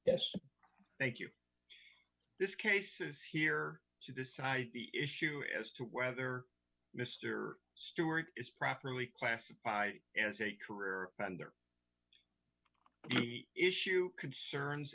yes thank you this case is here to decide the issue as to whether mr stewart is properly classified as a career and their issue concerns